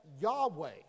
Yahweh